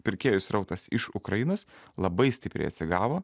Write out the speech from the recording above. pirkėjų srautas iš ukrainos labai stipriai atsigavo